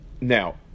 now